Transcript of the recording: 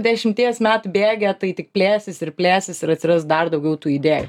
dešimties metų bėgyje tai tik plėsis ir plėsis ir atsiras dar daugiau tų idėjų